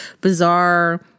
bizarre